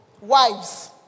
wives